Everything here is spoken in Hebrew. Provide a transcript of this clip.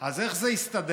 אז איך זה יסתדר?